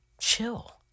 chill